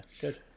good